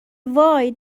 وای